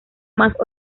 más